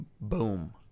boom